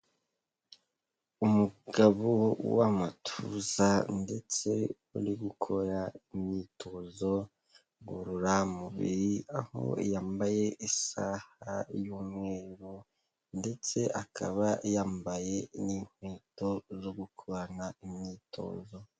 Umugabo w'amatuza ndetse uri gukora imyitozo ngororamubiri, aho yambaye isaha y'umweru ndetse akaba yambaye n'inkweto zo gukorana imyitozo.